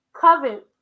Covenant